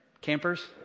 campers